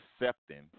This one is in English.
accepting